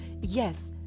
Yes